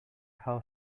how